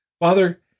Father